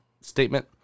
statement